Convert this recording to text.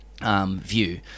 View